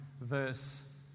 verse